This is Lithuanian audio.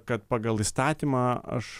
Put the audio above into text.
kad pagal įstatymą aš